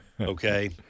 okay